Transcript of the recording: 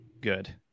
good